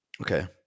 Okay